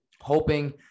hoping